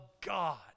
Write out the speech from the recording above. God